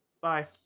Bye